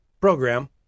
program